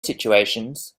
situations